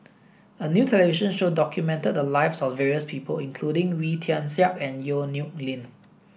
a new television show documented the lives of various people including Wee Tian Siak and Yong Nyuk Lin